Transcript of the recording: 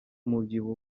umubyibuho